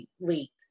leaked